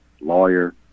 lawyer